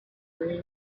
green